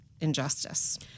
injustice